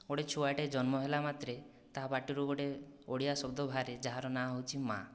ଗୋଟିଏ ଛୁଆଟିଏ ଜନ୍ମ ହେଲା ମାତ୍ରେ ତା ପାଟିରୁ ଗୋଟିଏ ଓଡ଼ିଆ ଶବ୍ଦ ବାହାରେ ଯାହାର ନାଁ ହେଉଛି ମା'